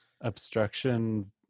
Obstruction